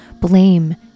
blame